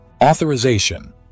Authorization